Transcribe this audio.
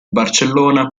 barcellona